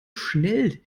schnell